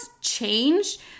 changed